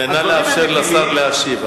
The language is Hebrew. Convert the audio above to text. נא לאפשר לשר להשיב.